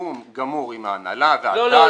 בתיאום גמור עם ההנהלה ועל דעת ההנהלה.